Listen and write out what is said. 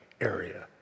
area